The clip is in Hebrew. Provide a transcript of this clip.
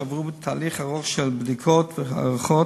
שעברו תהליך ארוך של בדיקות והערכות,